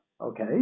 Okay